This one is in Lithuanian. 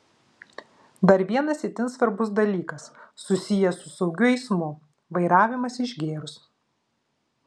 dar vienas itin svarbus dalykas susijęs su saugiu eismu vairavimas išgėrus